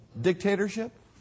dictatorship